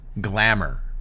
Glamour